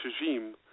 regime